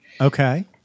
Okay